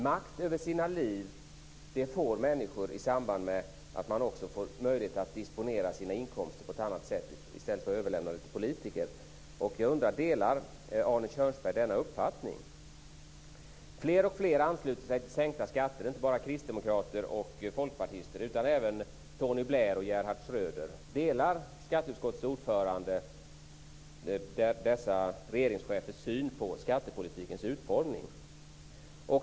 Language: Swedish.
Människor får makt över sina liv i samband med att de också får möjlighet att disponera sina inkomster på ett annat sätt än genom att överlämna det till politiker. Jag undrar om Arne Kjörnsberg delar denna uppfattning. Fler och fler ansluter sig till en sänkning av skatter. Det är inte bara kristdemokrater och folkpartister utan även Tony Blair och Gerhard Schröder. Delar skatteutskottets ordförande dessa regeringschefers syn på skattepolitikens utformning?